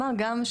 מה גם,